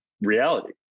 reality